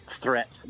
threat